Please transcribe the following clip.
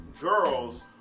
girls